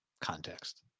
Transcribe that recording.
context